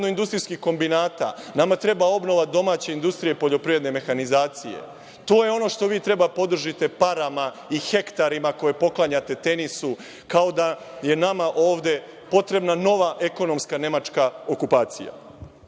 poljoprivedno-industrijskih kombinata, nama treba obnova domaće industrije i poljoprivredne mehanizacije. To je ono što vi treba da podržite parama i hektarima koje poklanjate Tenisu, kao da je nama ovde potrebna nova ekonomska nemačka okupacija. Ono